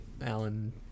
Alan